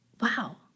wow